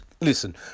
listen